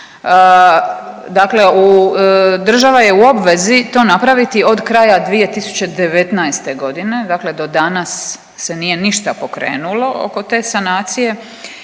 Dakle, u, država je u obvezi to napraviti od kraja 2019. g., dakle do danas se nije ništa pokrenulo oko te sanacije,